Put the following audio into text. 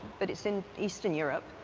but it's in eastern europe.